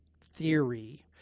theory